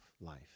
life